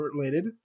related